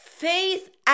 Faith